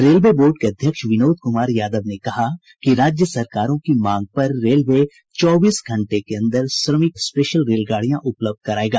railway board के अध्यक्ष विनोद कुमार यादव ने कहा कि राज्य सरकारों की मांग पर रेलवे चौबीस घंटे के अंदर श्रमिक स्पेशल रेलगाडियां उपलब्ध कराएगा